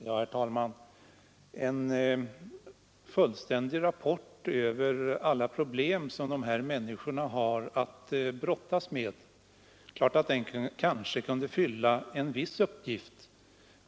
Herr talman! Det är klart att en fullständig rapport över alla problem som dessa människor har att brottas med kunde fylla en viss uppgift.